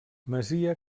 masia